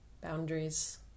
Boundaries